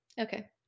okay